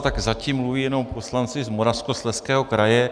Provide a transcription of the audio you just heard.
Tak zatím mluví jenom poslanci z Moravskoslezského kraje.